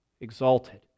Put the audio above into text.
exalted